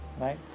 right